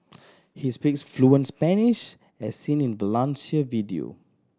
he speaks fluent Spanish as seen in Valencia video